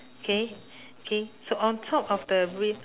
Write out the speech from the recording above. okay okay so on top of the re~